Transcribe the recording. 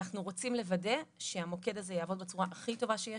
אנחנו רוצים לוודא שהמוקד הזה יעבוד בצורה הכי טובה שיש.